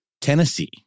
Tennessee